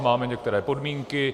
Máme některé podmínky.